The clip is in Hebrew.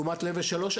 לעומת level 4-3,